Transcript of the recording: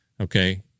Okay